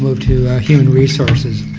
move to human resources.